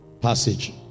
passage